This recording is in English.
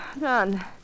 None